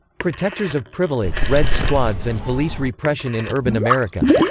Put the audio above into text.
protectors of privilege red squads and police repression in urban america.